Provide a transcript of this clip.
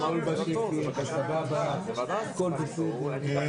זה רוב הדיונים.